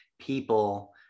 people